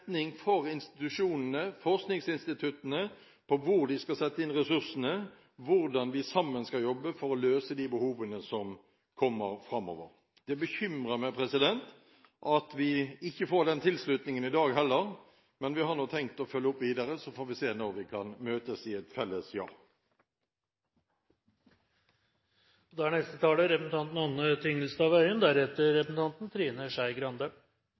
for institusjonene, forskningsinstituttene, med hensyn til hvor de skal sette inn ressursene – hvordan vi sammen skal jobbe framover for å løse de behovene som kommer. Det bekymrer meg at vi heller ikke får den tilslutningen i dag, men vi har tenkt å følge opp videre, så får vi se når vi kan møtes i et felles ja. Som det framgår av innstillinga, er